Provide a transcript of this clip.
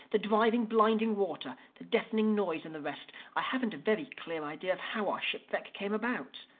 the driving, blinding water, the deafening noise and the rest, i haven't a very clear idea of how our shipwreck came about.